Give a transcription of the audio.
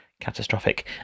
catastrophic